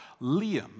Liam